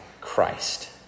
Christ